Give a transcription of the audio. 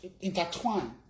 intertwine